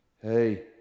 Hey